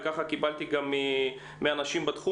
וככה קיבלתי גם מאנשים בתחום